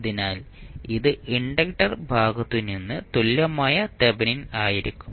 അതിനാൽ ഇത് ഇൻഡക്റ്റർ ഭാഗത്തുനിന്ന് തുല്യമായ തെവെനിൻ ആയിരിക്കും